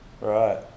Right